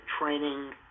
training